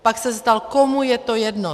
Pak se ptal komu je to jedno?